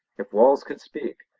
if walls could speak,